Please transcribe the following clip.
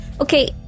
Okay